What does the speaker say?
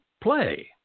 play